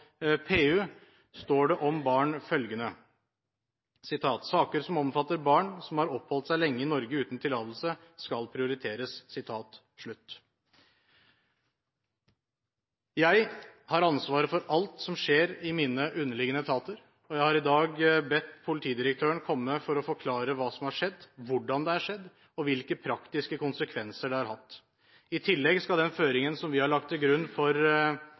PU står det følgende om barn: «Saker som omfatter barn som har oppholdt seg lenge i Norge uten tillatelse skal prioriteres.» Jeg har ansvaret for alt som skjer i mine underliggende etater, og jeg har i dag bedt politidirektøren komme for å forklare hva som har skjedd, hvordan det har skjedd, og hvilke praktiske konsekvenser det har hatt. I tillegg skal den føringen vi har lagt til grunn for